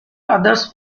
others